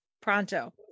pronto